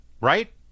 Right